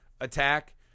attack